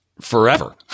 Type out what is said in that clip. Forever